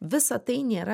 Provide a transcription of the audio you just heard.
visa tai nėra